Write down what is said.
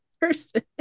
person